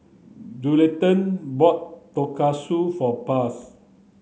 Juliette bought Tonkatsu for Blas